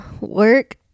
work